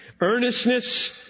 Earnestness